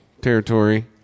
territory